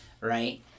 right